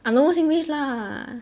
I'm always singlish lah